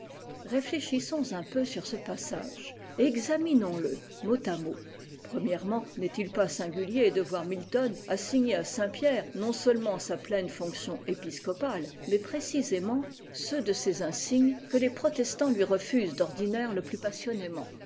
réuéchissons un peu sur ce passage et exami nons le mot à mot premièrement n'est-il pas singulier de voir milton assigner à saint pierre non seulement sa pleine fonction épiscopale mais précisément ceux de ces insignes que les protestants lui refusent d'ordinaire le plus passionnément